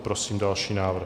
Prosím další návrh.